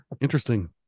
Interesting